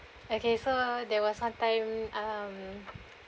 okay so there was one time(um)